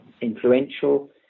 influential